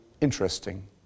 interesting